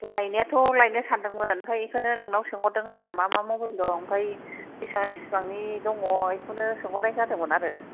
लायनायाथ' लायनो सान्दोंमोन आमफ्राय बेखौनो नोंनाव सोंहरदों आरो मा मा मबाइल दं आमफ्राय बेसेबां बेसेबांनि दङ बेखौनो सोंहरनाय जादोंमोन आरो